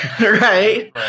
Right